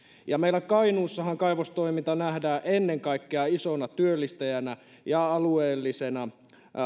meillä kainuussahan kaivostoiminta nähdään ennen kaikkea isona työllistäjänä ja alueellisena